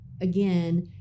again